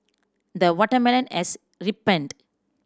the watermelon has ripened